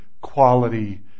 quality